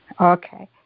Okay